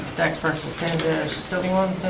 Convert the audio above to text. tax parcel seventy one